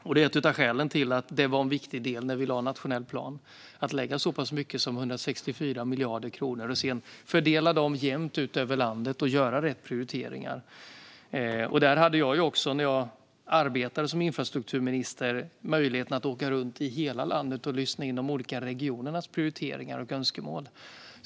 Detta är ett av skälen till att det var viktigt att lägga så pass mycket som 164 miljarder kronor och sedan fördela dem jämnt över landet och göra rätt prioriteringar i nationell plan. Där hade jag i mitt arbete som infrastrukturminister möjlighet att åka runt i hela landet och lyssna in de olika regionernas prioriteringar och önskemål.